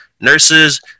Nurses